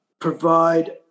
provide